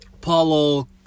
Paulo